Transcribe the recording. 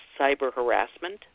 cyber-harassment